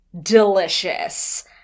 delicious